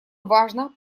важно